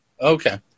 Okay